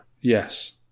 Yes